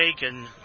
Bacon